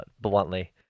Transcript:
bluntly